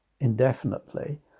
indefinitely